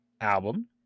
album